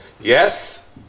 Yes